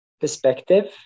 perspective